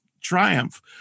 triumph